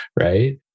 Right